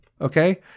Okay